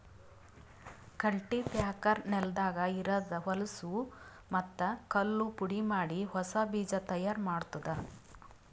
cultipacker ನೆಲದಾಗ ಇರದ್ ಹೊಲಸೂ ಮತ್ತ್ ಕಲ್ಲು ಪುಡಿಮಾಡಿ ಹೊಸಾ ಬೀಜ ತೈಯಾರ್ ಮಾಡ್ತುದ